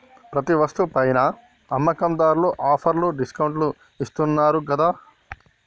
ప్రతి వస్తువు పైనా అమ్మకందార్లు ఆఫర్లు డిస్కౌంట్లు ఇత్తన్నారు గదా